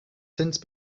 since